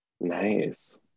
Nice